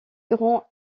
grands